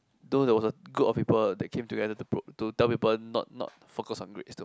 though there was a group of people they came together to tell people not not to focus on grades too much